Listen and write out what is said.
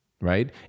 right